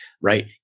right